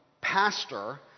pastor